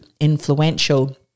influential